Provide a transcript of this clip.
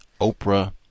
Oprah